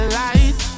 light